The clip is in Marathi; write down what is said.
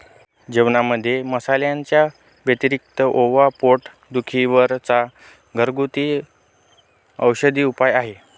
जेवणामध्ये मसाल्यांच्या व्यतिरिक्त ओवा पोट दुखी वर चा घरगुती औषधी उपाय आहे